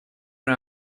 una